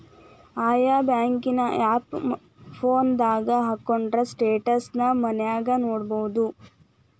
ಆಯಾ ಬ್ಯಾಂಕಿನ್ ಆಪ್ ಫೋನದಾಗ ಹಕ್ಕೊಂಡ್ರ ಸ್ಟೆಟ್ಮೆನ್ಟ್ ನ ಮನ್ಯಾಗ ನೊಡ್ಬೊದು